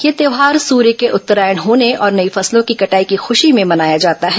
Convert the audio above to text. यह त्यौहार सूर्य के उत्तरायण होने और नई फसलो की कटाई की खुशी में मनाया जाता है